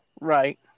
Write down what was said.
Right